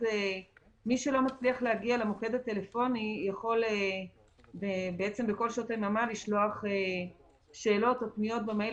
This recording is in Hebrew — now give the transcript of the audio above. מי שלא מצליח להגיע למוקד הטלפוני יכול לשלוח שאלות ופניות במייל